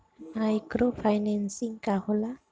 Micro financing का होला?